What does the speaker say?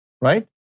right